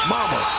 Mama